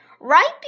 Right